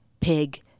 pig